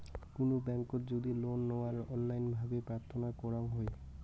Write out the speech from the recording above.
কুনো ব্যাংকোত যদি লোন নেওয়ার অনলাইন ভাবে প্রার্থনা করাঙ হই